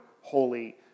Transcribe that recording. holy